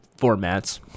formats